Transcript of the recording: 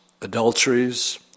adulteries